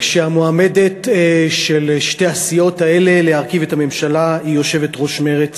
המועמדת של שתי הסיעות האלה להרכיב את הממשלה היא יושבת-ראש מרצ